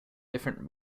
different